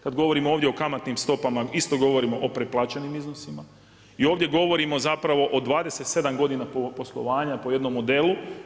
Kad govorim ovdje o kamatnim stopama isto govorim o preplaćenim iznosima i ovdje govorimo zapravo o 27 godina poslovanja po jednom modelu.